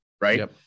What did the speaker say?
right